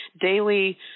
daily